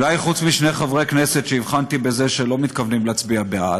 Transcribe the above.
אולי חוץ משני חברי כנסת שהבחנתי בזה שלא מתכוונים להצביע בעד,